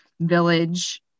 village